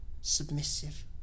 submissive